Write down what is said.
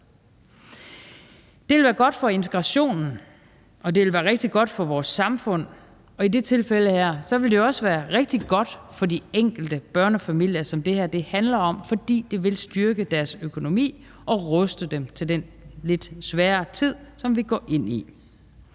det vil være rigtig godt for vores samfund, og i det her tilfælde vil det også være rigtig godt for de enkelte børnefamilier, som det her handler om, fordi det vil styrke deres økonomi og ruste dem til den lidt svære tid, som vi går ind i.